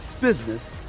business